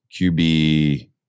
QB